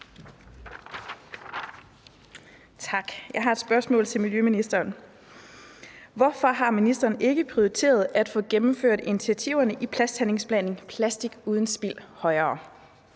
Tak, jeg har et spørgsmål til miljøministeren. Hvorfor har ministeren ikke prioriteret at få gennemført initiativerne i plastikhandlingsplanen »Plastik uden spild« højere?